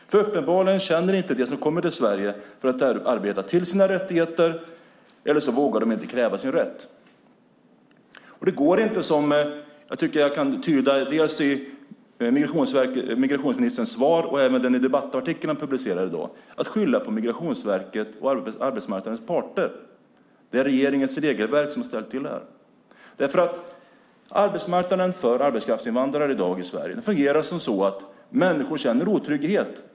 De som kommer till Sverige för att arbeta känner uppenbarligen inte till sina rättigheter eller också vågar de inte kräva sin rätt. Det går inte att, som jag tycker att jag kan tyda av migrationsministerns svar och av den publicerade debattartikeln, skylla på Migrationsverket och arbetsmarknadens parter. Det är regeringens regelverk som har ställt till detta. I dag fungerar arbetsmarknaden för arbetskraftsinvandrare på så sätt att människor känner otrygghet.